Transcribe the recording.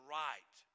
right